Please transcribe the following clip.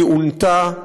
היא עונתה,